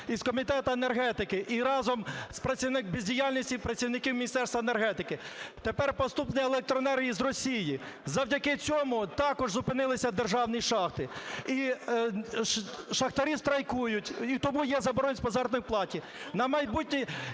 із Комітету енергетики, і разом з бездіяльністю працівників Міністерства енергетики. Тепер поступлення електроенергії з Росії. Завдяки цьому також зупинилися державні шахти і шахтарі страйкують, і тому є заборгованість по заробітній платі.